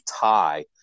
tie